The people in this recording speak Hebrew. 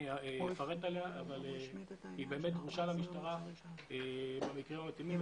אני אפרט עליה אבל היא באמת דרושה למשטרה במקרים המתאימים.